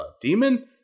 demon